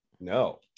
No